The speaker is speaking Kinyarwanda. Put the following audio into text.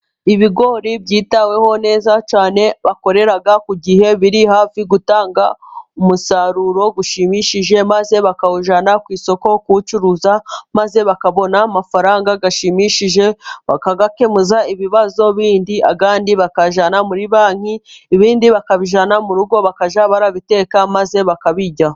Ibigori byitaweho neza cyane， bakorera ku gihe， biri hafi gutanga umusaruro ushimishije，maze bakawujyana ku isoko kuwucuruza， maze bakabona amafaranga ashimishije， bakayakemuza ibibazo bindi，ayandi bakayajyana muri banki， ibindi bakabijyana mu rugo，bakajya barabiteka， maze bakabirya.